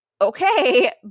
okay